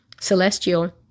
Celestial